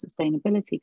sustainability